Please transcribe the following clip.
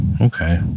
Okay